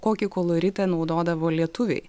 kokį koloritą naudodavo lietuviai